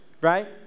right